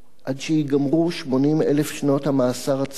עד שייגמרו 80,000 שנות המאסר הצפויות